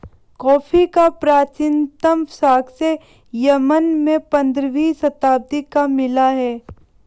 coffee का प्राचीनतम साक्ष्य यमन में पंद्रहवी शताब्दी का मिला है